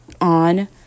on